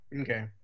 Okay